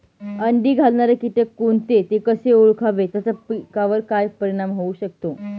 अंडी घालणारे किटक कोणते, ते कसे ओळखावे त्याचा पिकावर काय परिणाम होऊ शकतो?